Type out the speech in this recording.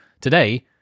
Today